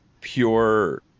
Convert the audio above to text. pure